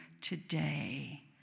today